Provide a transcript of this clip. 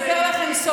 אני רוצה לספר לכם סוד: